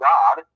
God